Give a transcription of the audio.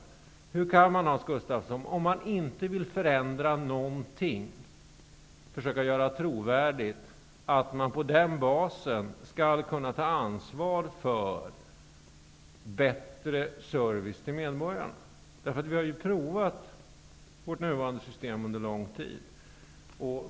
Hur kan man, Hans Gustafsson, om man inte vill förändra något, framstå som trovärdig i fråga om att man på den basen skall kunna ta ansvar för bättre service till medborgarna? Det nuvarande systemet har prövats under lång tid.